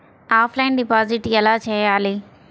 Offline deposit ఎలా చేయాలి?